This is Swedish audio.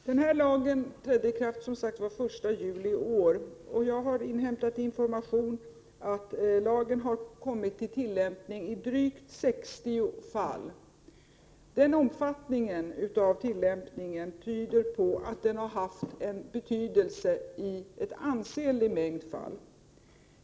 Herr talman! Lagen trädde som sagt i kraft den 1 juli i år. Jag har inhämtat informationen att lagen har kommit till tillämpning i drygt 60 fall. Den omfattningen av tillämpningen tyder på att den har haft betydelse i en ansenlig mängd fall.